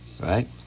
right